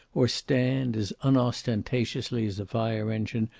or stand, as unostentatiously as a fire engine,